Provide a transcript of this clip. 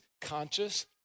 conscious